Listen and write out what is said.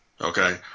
Okay